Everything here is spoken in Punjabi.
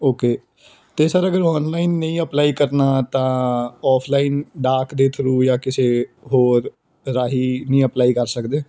ਓਕੇ ਅਤੇ ਸਰ ਅਗਰ ਓਨਲਾਈਨ ਨਹੀਂ ਅਪਲਾਈ ਕਰਨਾ ਤਾਂ ਆਫਲਾਈਨ ਡਾਕ ਦੇ ਥਰੂ ਜਾਂ ਕਿਸੇ ਹੋਰ ਰਾਹੀਂ ਨਹੀਂ ਅਪਲਾਈ ਕਰ ਸਕਦੇ